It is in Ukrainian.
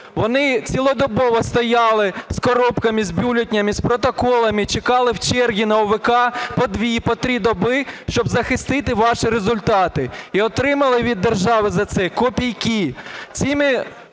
Вони цілодобово стояли з коробками, з бюлетенями, з протоколами, чекали в черги на ОВК по дві, по три доби, щоб захистити ваші результати, і отримали від держави за це копійки.